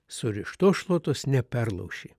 surištos šluotos neperlauši